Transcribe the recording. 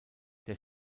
der